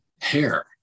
hair